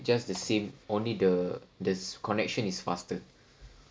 just the same only the the connection is faster